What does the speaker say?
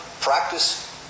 practice